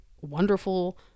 wonderful